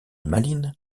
malines